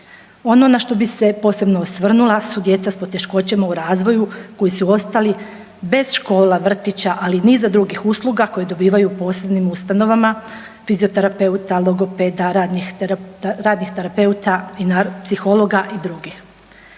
Ono na što bi se posebno osvrnula su djeca s poteškoćama u razvoju koji su ostali bez škola, vrtića, ali i niza drugih usluga koje dobivaju u posebnim ustanovama, fizioterapeuta, logopeda, radnih terapeuta, psihologa i drugih.